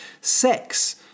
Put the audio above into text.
sex